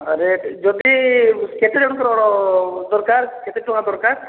ହଁ ରେଟ ଯଦି କେତେ ଜଣଙ୍କର ଦରକାର କେତେ ଟଙ୍କା ଦରକାର